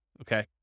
Okay